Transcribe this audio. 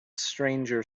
stranger